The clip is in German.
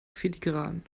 filigran